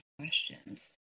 questions